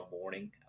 morning